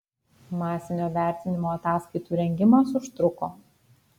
masinio vertinimo ataskaitų rengimas užtruko